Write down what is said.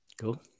Cool